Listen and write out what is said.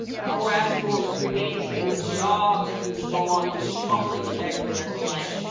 gradual creation of jobs and so on in the public sector and the like,